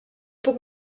puc